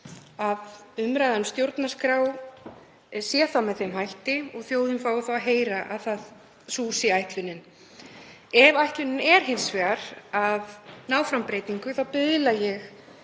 að umræða um stjórnarskrá sé þá með þeim hætti og þjóðin fái að heyra að sú sé ætlunin. Ef ætlunin er hins vegar að ná fram breytingu biðla ég